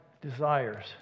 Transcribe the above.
desires